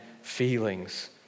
feelings